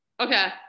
Okay